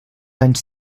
anys